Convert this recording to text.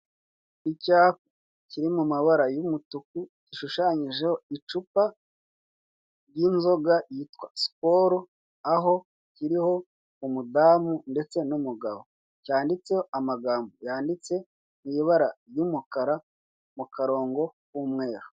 Icyapa kiri mu mabara y'umutuku gishushanyijeho icupa ry'inzoga yitwa sikoro aho kiriho umudamu ndetse n'umugabo, cyanditseho amagambo yanditse mu ibara ry'umukara mu karongo k'umweru.